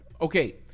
Okay